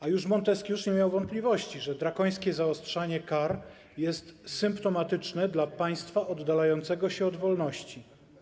A już Monteskiusz nie miał wątpliwości, że drakońskie zaostrzanie kar jest symptomatyczne dla państwa oddalającego się od wolności.